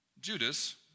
Judas